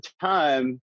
time